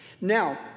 now